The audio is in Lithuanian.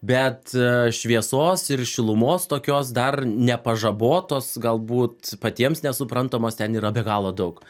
bet šviesos ir šilumos tokios dar nepažabotos galbūt patiems nesuprantamos ten yra be galo daug